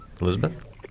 elizabeth